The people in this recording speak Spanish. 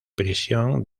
prisión